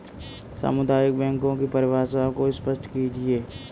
सामुदायिक बैंकों की परिभाषा को स्पष्ट कीजिए?